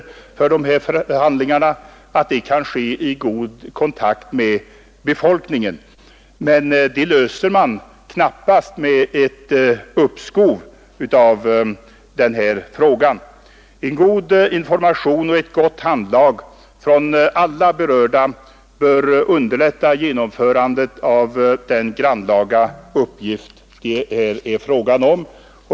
Förhandlingarna gynnas dock inte av ett uppskov. En god information och ett gott handlag från alla berörda bör underlätta genomförandet av den grannlaga uppgift det här är fråga om.